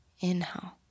Inhale